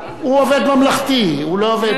הוא עובד ממלכתי, הוא לא עובד, כן.